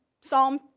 Psalm